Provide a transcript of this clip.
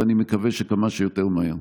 ואני מקווה שכמה שיותר מהר.